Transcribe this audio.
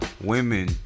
women